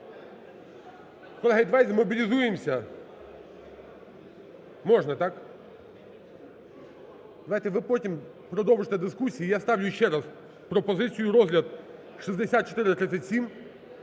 Колеги, давайте змобілізуємося. Можна, так? Давайте ви потім продовжите дискусії, я ставлю ще раз пропозицію розгляд 6437